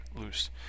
Loose